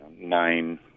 nine